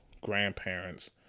grandparents